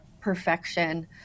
perfection